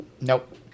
Nope